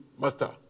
Master